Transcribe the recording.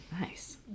Nice